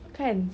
kan